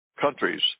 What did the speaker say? countries